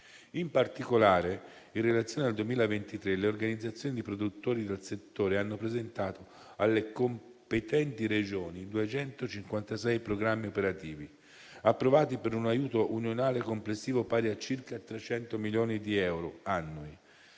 In particolare, in relazione al 2023, le organizzazioni di produttori del settore hanno presentato alle competenti Regioni 256 programmi operativi, approvati per un aiuto unionale complessivo pari a circa 300 milioni di euro annui.